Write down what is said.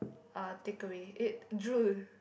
uh takeaway eh drool